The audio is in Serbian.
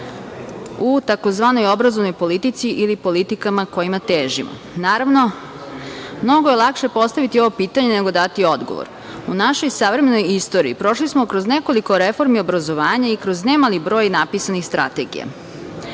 u tzv. obrazovnoj politici ili politikama kojima težimo. Naravno, mnogo je lakše postaviti ovo pitanje nego dati odgovor. U našoj savremenoj istoriji prošli smo kroz nekoliko reformi obrazovanja o kroz nemali broj napisanih strategija.